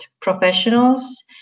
professionals